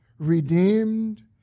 redeemed